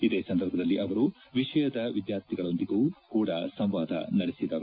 ಇದೇ ಸಂದರ್ಭದಲ್ಲಿ ಅವರು ವಿಷಯದ ವಿದ್ವಾರ್ಥಿಗಳೊಂದಿಗೂ ಕೂಡ ಸಂವಾದ ನಡೆಸಿದರು